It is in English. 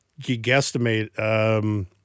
guesstimate